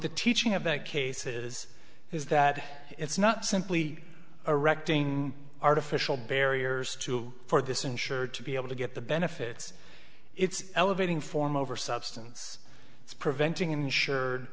the teaching of that case is is that it's not simply a wreck doing artificial barriers to for this insurer to be able to get the benefits it's elevating form over substance it's preventing insured